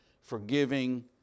forgiving